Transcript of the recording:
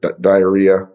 diarrhea